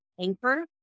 anchor